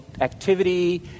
activity